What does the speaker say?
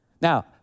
Now